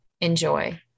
enjoy